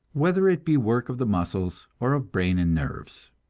whether it be work of the muscles, or of brain and nerves.